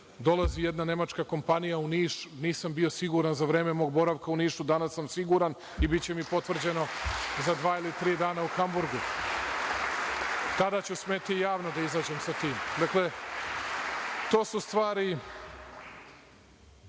Dolazi još jedna nemačka kompanija u Niš, nisam bio siguran za vreme mog boravka u Nišu, danas sam siguran i biće mi potvrđeno za dva ili tri dana u Hamburgu. Tada ću smeti javno da izađem sa tim. Dakle, to su stvari